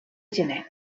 gener